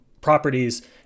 properties